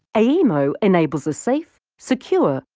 aemo enables a safe, secure,